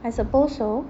I suppose so